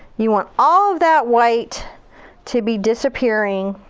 you want all of that white to be disappearing